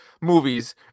movies